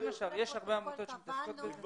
בין השאר, יש הרבה עמותות שמתעסקות בזה.